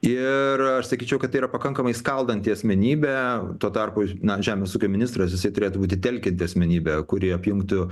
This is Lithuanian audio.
ir aš sakyčiau kad tai yra pakankamai skaldanti asmenybė tuo tarpu na žemės ūkio ministras jisai turėtų būti telkianti asmenybė kuri apjungtų